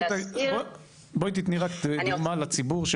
בואי תתני רק דוגמא לציבור,